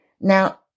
Now